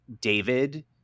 David